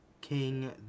king